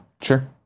Sure